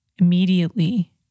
Immediately